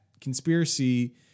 conspiracy